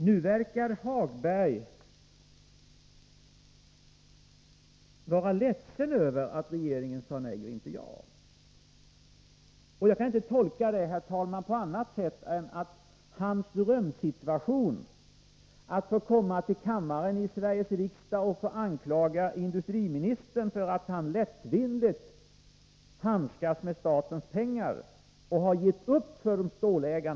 Nu förefaller Lars-Ove Hagberg vara ledsen över att regeringen sade nej och inte ja. Jag kan inte tolka detta, herr talman, på annat sätt än att hans drömsituation var att få komma hit till kammaren i Sveriges riksdag och anklaga industriministern för att denne handskas lättvindigt med statens pengar och för att han gett upp inför stålindustrins ägare.